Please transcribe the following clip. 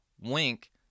wink